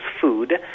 food